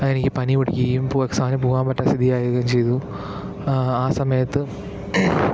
അതെനിക്ക് പനി പിടിക്കുകയും എക്സാമിന് പോകാന് പറ്റാത്ത സ്ഥിതി ആവുകയും ചെയ്തു ആ സമയത്ത്